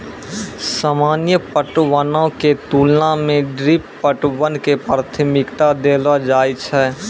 सामान्य पटवनो के तुलना मे ड्रिप पटवन के प्राथमिकता देलो जाय छै